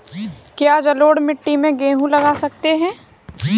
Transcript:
क्या जलोढ़ मिट्टी में गेहूँ लगा सकते हैं?